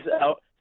out